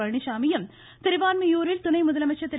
பழனிசாமியும் திருவான்மியூரில் துணை முதலமைச்சர் திரு